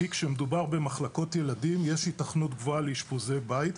כי כשמדובר במחלקות ילדים יש היתכנות גבוהה לאשפוזי הבית.